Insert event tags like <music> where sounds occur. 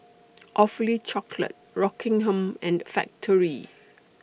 <noise> Awfully Chocolate Rockingham and Factorie